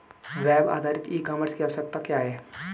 Web आधारित e commerce की आवश्यकता क्या है?